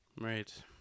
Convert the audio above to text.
Right